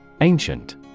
Ancient